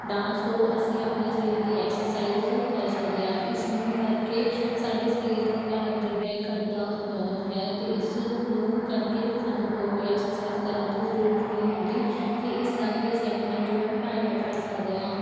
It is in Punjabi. ਡਾਂਸ ਤੋਂ ਅਸੀਂ ਆਪਣੇ ਸਰੀਰ ਦੀ ਐਕਸਰਸਾਈਜ਼ ਕਰ ਸਕਦੇ ਹਾਂ ਇਸਨੂੰ ਕਰਕੇ ਸਾਡੇ ਸਰੀਰ ਦਾ ਭਾਰ ਜੋ ਹੈ ਘੱਟਦਾ ਹੈ ਅਤੇ ਇਸ ਨੂੰ ਕਰਕੇ ਸਾਨੂੰ ਹੋਰ ਕੋਈ ਐਕਸਰਸਾਈਜ਼ ਕਰਨ ਦੀ ਜ਼ਰੂਰਤ ਨਹੀਂ ਹੁੰਦੀ ਅਤੇ ਇਸ ਨਾਲ ਵੀ ਅਸੀਂ ਆਪਣਾ ਜੋ ਹੈ ਭਾਰ ਘਟਾ ਸਕਦੇ ਹਾਂ